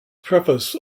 preface